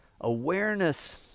Awareness